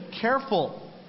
careful